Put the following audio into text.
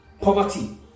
Poverty